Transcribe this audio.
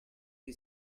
che